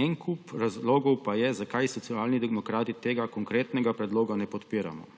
En kup razlogov pa je, zakaj Socialni demokrati tega konkretnega predloga ne podpiramo.